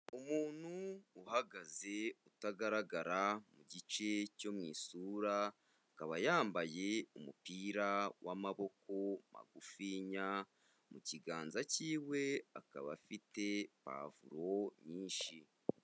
Umuntu uhagaze utagaragara mu gice cyo mu isura, akaba yambaye umupira w'amaboko magufinya, mu kiganza cyiwe akaba afite puwavuro nyinshi.